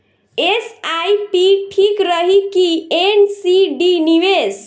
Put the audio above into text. SIP ठीक रही कि एन.सी.डी निवेश?